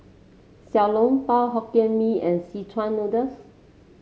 Xiao Long Bao Hokkien Mee and Szechuan Noodles